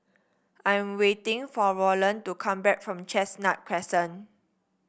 I am waiting for Rolland to come back from Chestnut Crescent